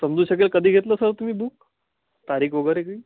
समजू शकेल कधी घेतलं सर तुम्ही बुक तारीख वगैरे काही